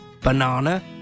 banana